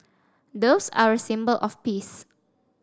doves are a symbol of peace